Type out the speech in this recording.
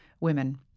women